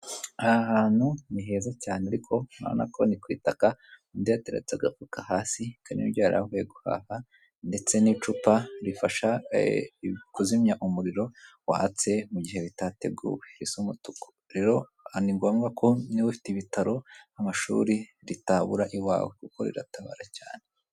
Moto ebyiri ziri mu muhanda zihetse abagenzi iy'inyuma itwaye umugabo ufite igikarito mu ntoki. Iy'imbere ifite utwaye igikapu mu mugongo ku ruhande yateye ubusitani n'imikindo.